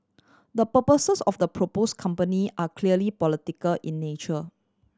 the purposes of the propose company are clearly political in nature